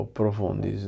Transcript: profondi